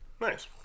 Nice